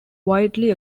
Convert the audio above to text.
widely